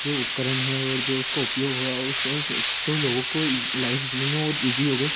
जो उपकरण हैं और जो उसका उपयोग हुआ उसको लोगों को लाइफ़ जीने में और ईज़ी हो गए